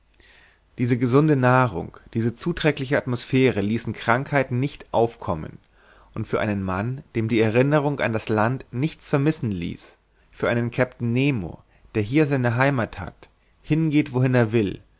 diese gesunde nahrung diese zuträgliche atmosphäre ließen krankheiten nicht aufkommen und für einen mann dem die erinnerung an das land nichts vermissen ließ für einen kapitän nemo der hier seine heimat hat hingeht wohin er will